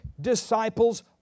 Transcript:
disciples